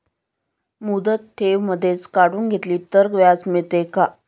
मुदत ठेव मधेच काढून घेतली तर व्याज मिळते का?